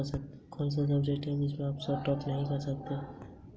एक एकड़ जमीन पर कितना लोन मिल सकता है?